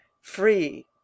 Free